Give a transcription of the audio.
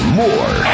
more